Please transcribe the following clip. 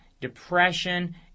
depression